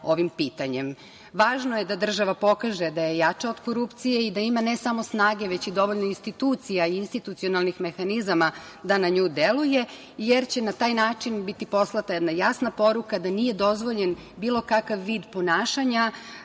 ovim pitanjem. Važno je da država pokaže da je jača od korupcije i da ima ne samo snage, već i dovoljno institucija i institucionalnih mehanizama da na nju deluje, jer će na taj način biti poslata jedna jasna poruka da nije dozvoljen bilo kakav vid ponašanja